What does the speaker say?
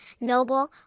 noble